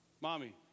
mommy